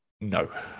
no